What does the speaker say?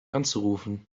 anzurufen